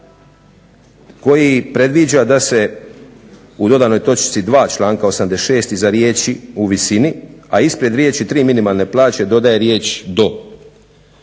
koji predviđa da se u dodanoj točci 2. članka 86. iza riječi u visini, a ispred riječi tri minimalne plaće dodaje riječ do,